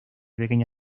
pequeña